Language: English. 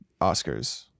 Oscars